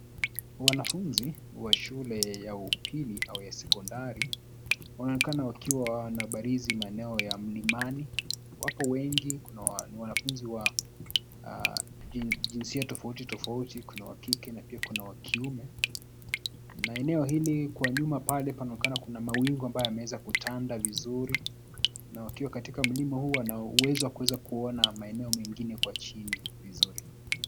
Wanafunzi wa shule ya upili au ya sekondari, wanaonekana wakiwa wanabarizi maeneo ya mlimani, wapo wengi kuna wanafunzi ni wanafunzi wa, jinsia tofauti tofauti kuna wa kike na pia kuna wa kiume, na eneo hili kwa nyuma pale panaonekana kuna mawingu ambayo yameweza kutanda vizuri, na wakiwa katika mlima huu wana uwezo wa kuweza kuona maeneo mengine kwa chini, vizuri.